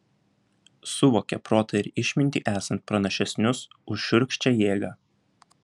suvokė protą ir išmintį esant pranašesnius už šiurkščią jėgą